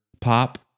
pop